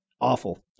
awful